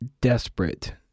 desperate